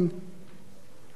וג'מאל זחאלקה.